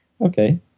Okay